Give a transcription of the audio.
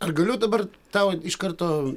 ar galiu dabar tau iš karto